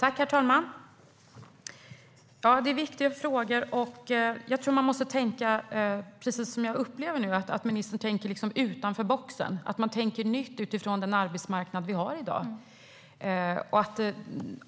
Herr talman! Detta är viktiga frågor. Jag tror att man måste tänka utanför boxen, precis som jag upplever att ministern nu gör, och tänka nytt utifrån den arbetsmarknad som vi har i dag.